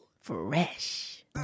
Fresh